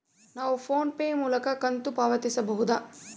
ನಾವು PhonePe ಮೂಲಕ ಕಂತು ಪಾವತಿಸಬಹುದಾ?